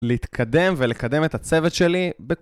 להתקדם ולקדם את הצוות שלי.